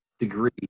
degree